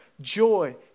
Joy